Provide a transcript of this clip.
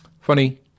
Funny